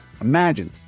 Imagine